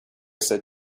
said